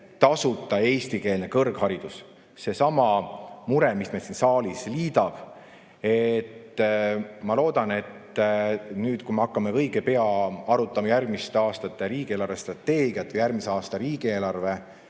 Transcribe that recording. tasuta eestikeelne kõrgharidus. Seesama mure, mis meid siin saalis liidab. Ma loodan, et nüüd, kui me hakkame õige pea arutama järgmiste aastate riigi eelarvestrateegiat või järgmise aasta riigieelarve